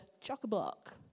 chock-a-block